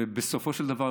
ובסופו של דבר,